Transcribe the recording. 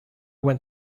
went